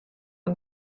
yng